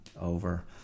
over